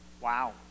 wow